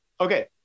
Okay